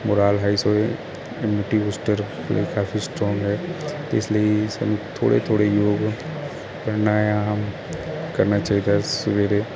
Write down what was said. ਕਾਫੀ strong ਹੈ ਤੇ ਇਸ ਲਈ ਸਾਨੂੰ ਥੋੜੇ ਥੋੜੇ ਯੋਗ ਕਰਨਾ ਆ ਕਰਨਾ ਚਾਹੀਦਾ ਸਵੇਰੇ